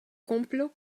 complot